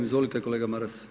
Izvolite kolega Maras.